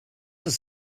ist